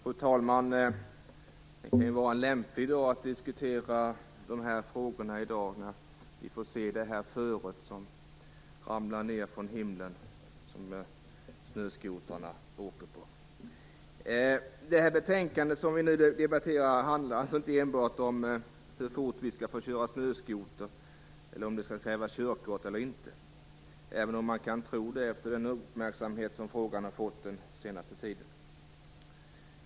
Fru talman! Det här var ju en lämplig dag att diskutera dessa frågor med tanke på föret och på det som ramlar ned från himlen. Det är ju det som snöskotrarna åker på. Det betänkande vi nu debatterar handlar inte enbart om hur fort vi skall få köra snöskoter eller om huruvida det skall krävas körkort eller inte, även om man kan tro det efter den uppmärksamhet som frågan har fått under den senaste tiden.